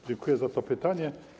Dziękuję za to pytanie.